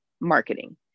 marketing